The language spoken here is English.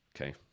Okay